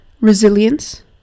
resilience